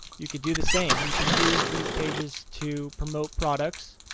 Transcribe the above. you can do the same! you can use these pages to promote products.